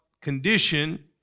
condition